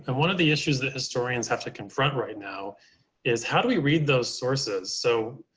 and one of the issues that historians have to confront right now is how do we read those sources. so,